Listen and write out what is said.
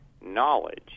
knowledge